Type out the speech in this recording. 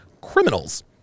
criminals